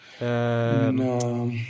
No